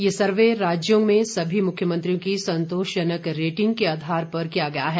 ये सर्वे राज्यों में सभी मुख्यमंत्रियों की संतोषजनक रेटिंग के आधार पर किया गया है